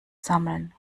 sammeln